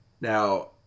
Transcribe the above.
Now